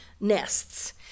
nests